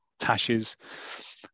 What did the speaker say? tashes